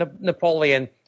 Napoleon